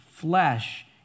flesh